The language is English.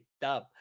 dub